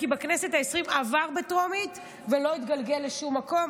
כי בכנסת העשרים זה עבר בטרומית ולא התגלגל לשום מקום.